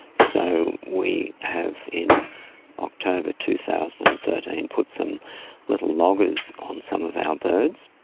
so we have in october two thousand and thirteen put some little loggers on some of our birds,